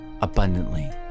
abundantly